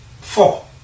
Four